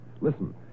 Listen